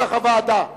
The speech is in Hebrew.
תודה רבה.